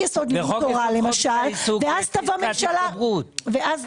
יש פסקת התגברות.